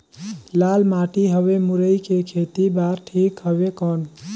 लाल माटी हवे मुरई के खेती बार ठीक हवे कौन?